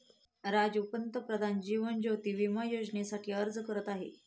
राजीव पंतप्रधान जीवन ज्योती विमा योजनेसाठी अर्ज करत आहे